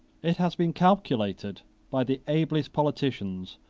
it has been calculated by the ablest politicians,